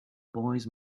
boys